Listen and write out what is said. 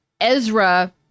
Ezra